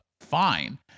fine